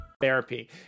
Therapy